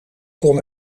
kon